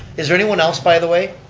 is there anyone else, by the way?